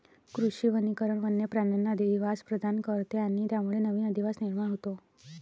कृषी वनीकरण वन्य प्राण्यांना अधिवास प्रदान करते आणि त्यामुळे नवीन अधिवास निर्माण होतो